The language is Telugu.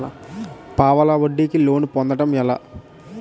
పావలా వడ్డీ కి లోన్ పొందటం ఎలా?